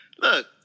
Look